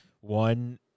one